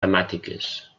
temàtiques